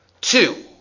Two